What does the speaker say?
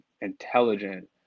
intelligent